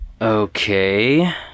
okay